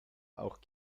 auch